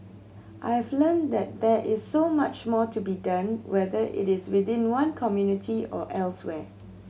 I have learnt that there is so much more to be done whether it is within one community or elsewhere